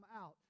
out